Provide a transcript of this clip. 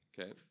Okay